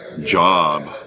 job